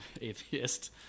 atheist